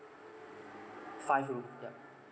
five room yup